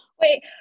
Wait